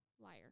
Liar